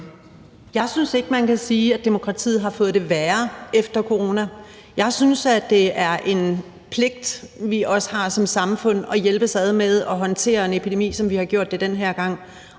Jeg synes ikke, man kan sige, at demokratiet har fået det værre efter corona. Jeg synes, at det er en pligt, vi også har som samfund, at hjælpes ad med at håndtere en epidemi, som vi har gjort det den her gang,